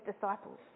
disciples